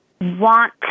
Want